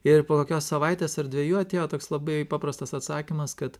ir po kokios savaitės ar dvejų atėjo toks labai paprastas atsakymas kad